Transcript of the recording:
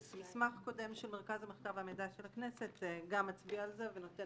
מסמך קודם של מרכז המידע והמחקר של הכנסת גם מצביע על זה ונותן